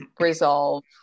resolve